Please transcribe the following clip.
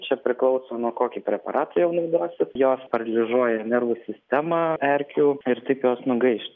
čia priklauso nuo kokį preparatą jau naudosit jos paralyžiuoja nervų sistemą erkių ir taip jos nugaišta